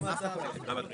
הישיבה ננעלה בשעה 11:00.